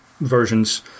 versions